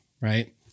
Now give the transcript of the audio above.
Right